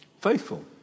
Faithful